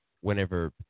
whenever